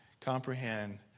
comprehend